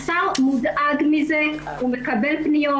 השר מודאג מזה, הוא מקבל פניות.